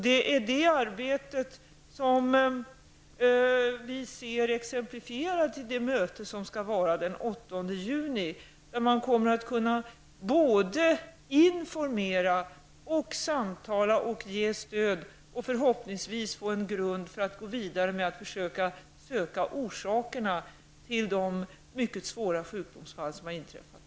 Det är detta arbete som vi ser exemplifierat i det möte som skall hållas den 8 juni, där man kommer att kunna både informera, samtala och ge stöd och förhoppningsvis få en grund för att gå vidare med att försöka finna orsakerna till de mycket svåra sjukdomsfall som har inträffat.